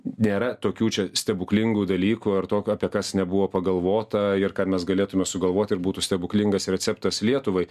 nėra tokių čia stebuklingų dalykų ar tok apie kas nebuvo pagalvota ir ką mes galėtume sugalvoti ir būtų stebuklingas receptas lietuvai